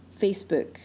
Facebook